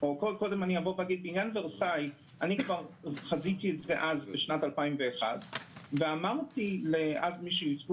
ורסאי כבר חזיתי בשנת 2001 ואמרתי למי שייצגו